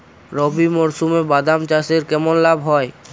রবি মরশুমে বাদাম চাষে কেমন লাভ হয়?